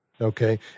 Okay